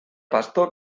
pastor